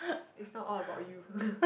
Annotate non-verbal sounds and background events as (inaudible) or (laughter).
it's not all about you (noise)